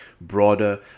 broader